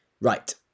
Right